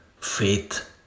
faith